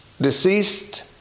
deceased